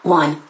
one